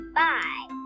bye